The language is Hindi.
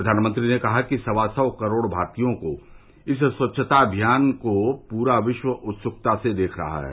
प्रधानमंत्री ने कहा कि सवा सौ करोड़ भारतीयों के इस स्वच्छता अभियान को पूरा विश्व उत्सुकता से देख रहा है